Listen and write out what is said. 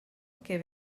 que